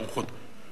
האמריקנים,